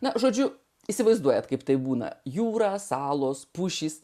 na žodžiu įsivaizduojate kaip tai būna jūra salos pušys